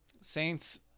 Saints